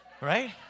right